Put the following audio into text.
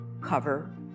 cover